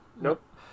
Nope